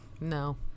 No